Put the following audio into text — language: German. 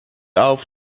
auf